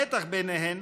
המתח ביניהן